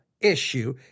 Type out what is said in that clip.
issue